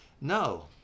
No